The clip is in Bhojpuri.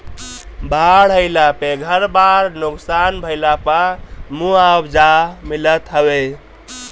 बाढ़ आईला पे घर बार नुकसान भइला पअ मुआवजा मिलत हवे